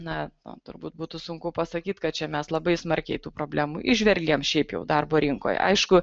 na na turbūt būtų sunku pasakyt kad čia mes labai smarkiai tų problemų įžvelgiam šiaip jau darbo rinkoje aišku